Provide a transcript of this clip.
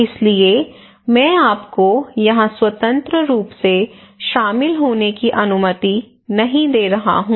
इसलिए मैं आपको यहां स्वतंत्र रूप से शामिल होने की अनुमति नहीं दे रहा हूं